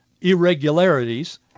irregularities